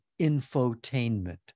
infotainment